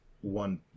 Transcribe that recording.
one